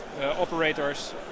operators